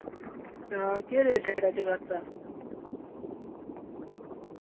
हां केह् रेट शेट ऐ जगराते दा